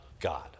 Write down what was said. God